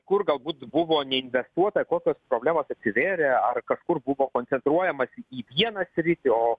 kur galbūt buvo neindeksuota kokios problemos atsivėrė ar kažkur buvo koncentruojamasi į vieną sritį o